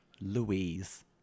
Louise